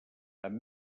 amb